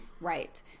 Right